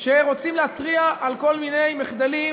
שרוצים להתריע על כל מיני מחדלים